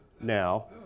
now